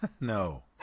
no